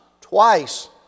twice